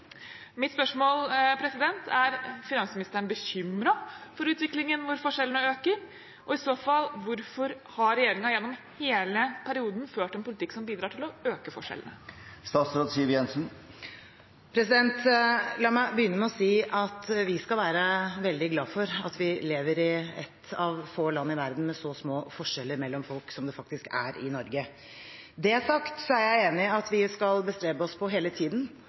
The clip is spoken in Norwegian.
Mitt spørsmål er: Er finansministeren bekymret for en utvikling der forskjellene øker? Og i så fall: Hvorfor har regjeringen gjennom hele perioden ført en politikk som bidrar til å øke forskjellene? La meg begynne med å si at vi skal være veldig glad for at vi lever i et av få land i verden med så små forskjeller mellom folk som det faktisk er i Norge. Når det er sagt, er jeg enig i at vi hele tiden skal bestrebe oss på